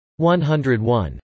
101